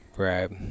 right